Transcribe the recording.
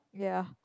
ya